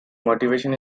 motivation